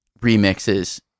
remixes